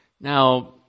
Now